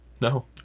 no